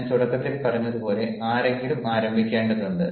ഞാൻ തുടക്കത്തിൽ പറഞ്ഞതുപോലെ ആരെങ്കിലും ആരംഭിക്കേണ്ടതുണ്ട്